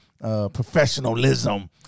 professionalism